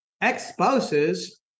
ex-spouses